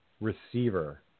receiver